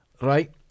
Right